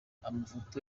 amafoto